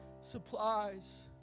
supplies